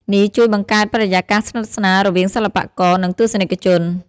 នេះជួយបង្កើតបរិយាកាសស្និទ្ធស្នាលរវាងសិល្បករ និងទស្សនិកជន។